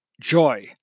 joy